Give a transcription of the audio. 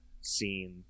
scene